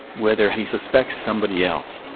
whether he suspects somebody else,